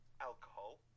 alcohol